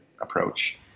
approach